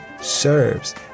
serves